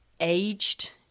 aged